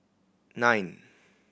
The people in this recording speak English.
nine